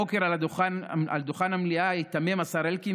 הבוקר על דוכן המליאה היתמם השר אלקין